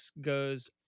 goes